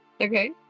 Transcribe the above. Okay